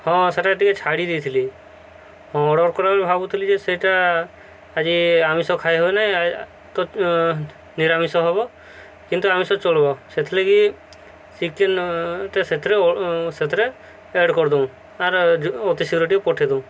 ହଁ ସେଟା ଟିକେ ଛାଡ଼ି ଦେଇଥିଲି ହଁ ଅର୍ଡ଼ର କରିବ ଭାବୁଥିଲି ଯେ ସେଇଟା ଆଜି ଆମିଷ ଖାଇ ହବନାହିଁ ତ ନିରାମିଷ ହବ କିନ୍ତୁ ଆମିଷ ଚଳିବା ସେଥିଲାଗି ଚିକେନ୍ ସେଥିରେ ସେଥିରେ ଆଡ଼୍ କରିଦେଉନ୍ ଆର୍ ଅତିଶୀଘ୍ର ଟିକେ ପଠେଇଦେଉନ୍